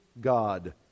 God